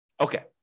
Okay